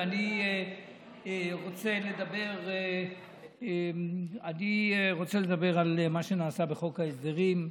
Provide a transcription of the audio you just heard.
ואני רוצה לדבר על מה שנעשה בחוק ההסדרים.